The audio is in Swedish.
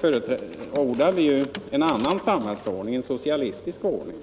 förordar vi en annan samhällsordning, en socialistisk ordning.